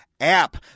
App